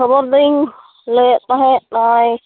ᱠᱷᱚᱵᱚᱨ ᱫᱚᱹᱧ ᱞᱟᱹᱭᱮᱫ ᱛᱟᱦᱮᱫ ᱱᱚᱜᱼᱚᱭ